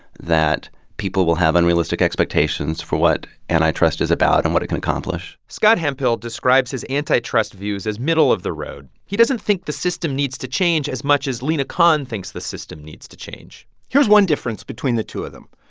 that people will have unrealistic expectations for what antitrust is about and what it can accomplish scott hemphill describes his antitrust views as middle of the road. he doesn't think the system needs to change as much as lina khan thinks the system needs to change here's one difference between the two of them.